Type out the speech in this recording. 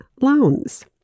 loans